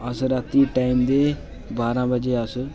अस रातीं टैम दे बारां बजे अस